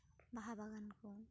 ᱵᱟᱦᱟ ᱵᱟᱜᱟᱱ ᱠᱚ